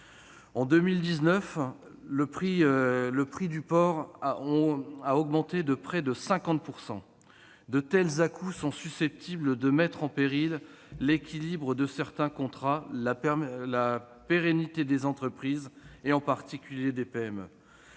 En 2019, le prix du porc a augmenté de près de 50 %. De tels à-coups sont susceptibles de mettre en péril l'équilibre de certains contrats et la pérennité des entreprises, en particulier des PME.